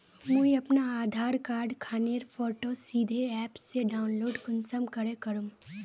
मुई अपना आधार कार्ड खानेर फोटो सीधे ऐप से डाउनलोड कुंसम करे करूम?